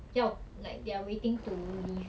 要 like they are waiting to leave